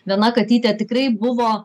viena katytė tikrai buvo